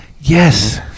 Yes